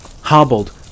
hobbled